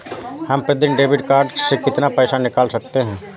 हम प्रतिदिन debit card से कितना पैसा निकाल सकते हैं?